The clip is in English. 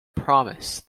promise